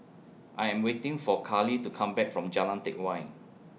I Am waiting For Carli to Come Back from Jalan Teck Whye